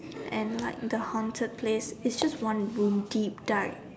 and like the haunted place it's just one room deep dark